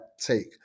take